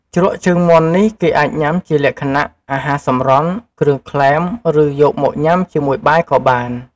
ជ្រក់ជើងមាន់នេះគេអាចញ៉ាំជាលក្ខណៈ អាហាសម្រន់ គ្រឿងក្លែម ឬ យកមកញ៉ាំជាមួយបាយក៏បាន។